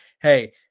Hey